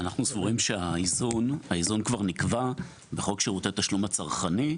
אנחנו סבורים שהאיזון כבר נקבע בחוק שירותי תשלום הצרכני.